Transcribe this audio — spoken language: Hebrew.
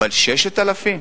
אבל 6,000?